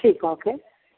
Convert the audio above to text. ठीक है फिर